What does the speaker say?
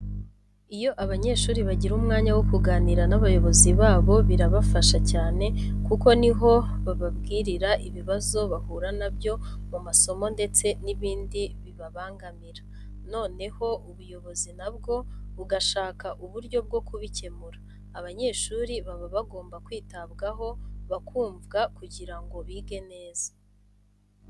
Iyo abanyeshuri bagira umwanya wo kuganira n'abayobozi babo birabafasha cyane kuko ni ho bababwirira ibibazo bahura na byo mu masomo ndetse n'ibindi bibabangamira, noneho ubuyobozi na bwo bugashaka uburyo bwo kubikemura. Abanyeshuri baba bagomba kwitabwaho, bakumvwa kugira ngo bige neza.